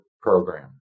program